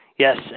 Yes